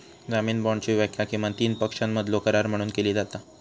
जामीन बाँडची व्याख्या किमान तीन पक्षांमधलो करार म्हणून केली जाता